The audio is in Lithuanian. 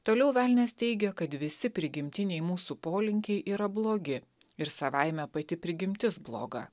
toliau velnias teigia kad visi prigimtiniai mūsų polinkiai yra blogi ir savaime pati prigimtis bloga